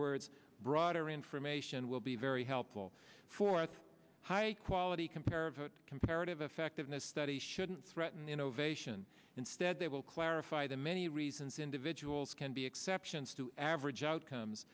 words broader information and will be very helpful for a high quality compare of comparative effectiveness study shouldn't threaten innovation instead they will clarify the many reasons individuals can be exceptions to average outcomes